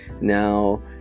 Now